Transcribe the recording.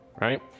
right